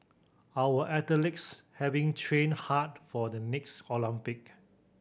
our athletes have been train hard for the next Olympic